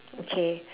okay